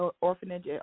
orphanage